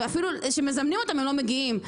אפילו כשמזמנים אותם הם לא מגיעים.